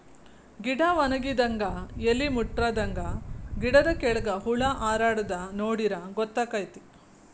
ಗಿಡಾ ವನಗಿದಂಗ ಎಲಿ ಮುಟ್ರಾದಂಗ ಗಿಡದ ಕೆಳ್ಗ ಹುಳಾ ಹಾರಾಡುದ ನೋಡಿರ ಗೊತ್ತಕೈತಿ